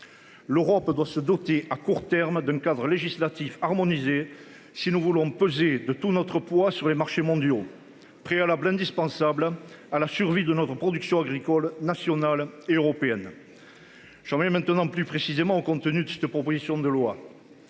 L'Europe doit se doter à court terme d'un cadre législatif harmoniser. Si nous voulons peser de tout notre poids sur les marchés mondiaux, préalable indispensable à la survie de notre production agricole nationale et européenne. J'en viens maintenant plus précisément. Compte tenu de cette proposition de loi.